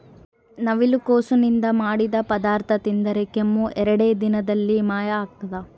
ನವಿಲುಕೋಸು ನಿಂದ ಮಾಡಿದ ಪದಾರ್ಥ ತಿಂದರೆ ಕೆಮ್ಮು ಎರಡೇ ದಿನದಲ್ಲಿ ಮಾಯ ಆಗ್ತದ